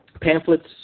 pamphlets